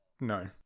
no